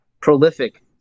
prolific